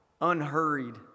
unhurried